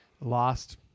lost